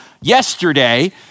yesterday